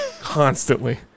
constantly